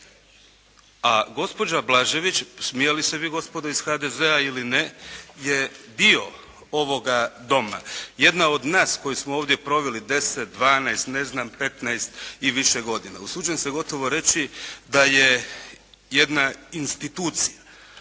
A gospođa Blažević, smijali se vi gospodo iz HDZ-a ili ne, je dio ovoga Doma. Jedna od nas koji smo ovdje proveli, 10, 12, ne znam, 15 i više godina. Usuđujem se gotovo reći, da je jedna institucija.